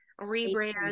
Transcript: rebrand